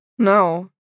No